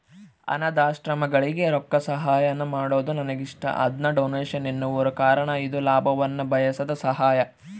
ಅನಾಥಾಶ್ರಮಗಳಿಗೆ ರೊಕ್ಕಸಹಾಯಾನ ಮಾಡೊದು ನನಗಿಷ್ಟ, ಅದನ್ನ ಡೊನೇಷನ್ ಎನ್ನುವರು ಕಾರಣ ಇದು ಲಾಭವನ್ನ ಬಯಸದ ಸಹಾಯ